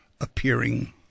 appearing